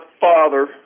father